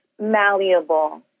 malleable